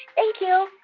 thank you.